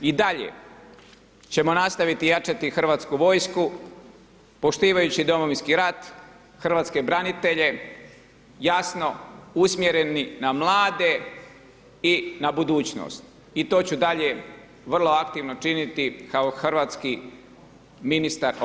I dalje, ćemo nastaviti jačati Hrvatsku vojsku, poštivajući Domovinski rat, hrvatske branitelje, jasno usmjereni na mlade i na budućnost i to ću dalje vrlo aktivno činiti kao hrvatski ministar obrane.